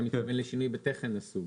אתה מתכוון לשינוי בתכן הסוג.